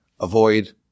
avoid